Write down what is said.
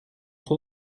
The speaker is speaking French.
trop